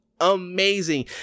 amazing